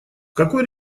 какой